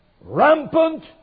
rampant